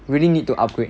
really need to upgrade